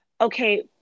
okay